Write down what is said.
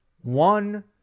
One